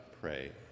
pray